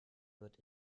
wird